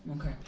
okay